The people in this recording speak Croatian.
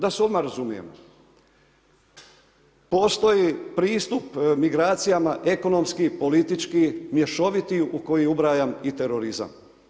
Da se odmah razumijemo, postoji pristup migracijama, ekonomski politički, mješoviti u koji ubrajam i terorizam.